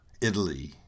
Italy